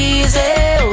easy